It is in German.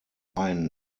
ein